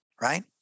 right